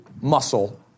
muscle